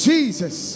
Jesus